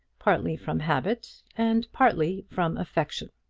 partly from habit, and partly from affection.